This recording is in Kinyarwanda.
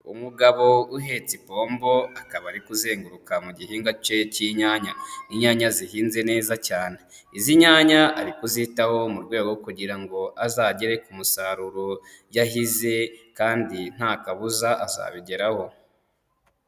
Umugabo uhetse ipombo akaba ari kuzenguruka mu gihingwa cye cy'inyanya, inyanya zihinze neza cyane. Izi nyanya ari kuzitaho mu rwego rwo kugira ngo azagere ku musaruro yahize kandi nta kabuza azabigeraho.